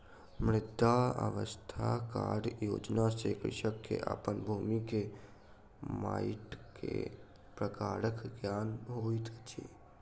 मृदा स्वास्थ्य कार्ड योजना सॅ कृषक के अपन भूमि के माइट के प्रकारक ज्ञान होइत अछि